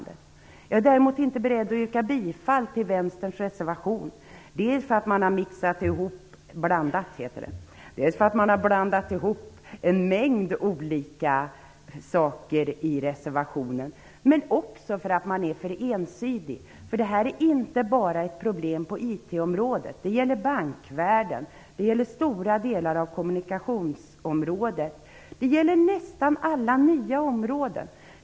Jag är däremot inte beredd att yrka bifall till Vänsterpartiets reservation dels därför att man har blandat ihop en mängd olika saker i reservationen, dels därför att man är så ensidig. Det här är inte bara ett problem bara på IT-området, utan det gäller även bankvärlden och stora delar av kommunikationsområdet. Det gäller nästan alla nya områden.